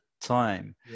time